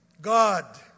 God